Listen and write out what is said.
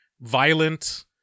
violent